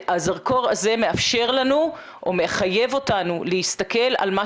הזרקור הזה מחייב אותנו להסתכל על מה